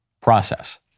process